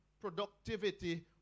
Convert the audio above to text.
productivity